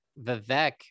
Vivek